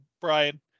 Brian